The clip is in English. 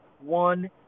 one